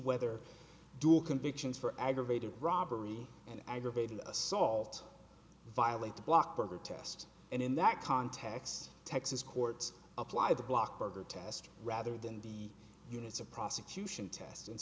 whether due convictions for aggravated robbery and aggravated assault violate the block protest and in that context texas courts apply the block berger test rather than the units of prosecution test and